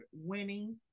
winning